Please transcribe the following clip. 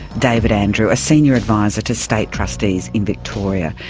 david andrew, a senior adviser to state trustees in victoria.